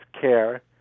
CARE